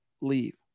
leave